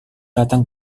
datang